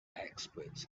experts